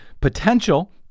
potential